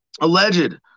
alleged